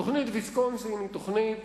תוכנית ויסקונסין היא תוכנית